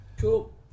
Cool